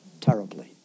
terribly